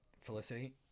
Felicity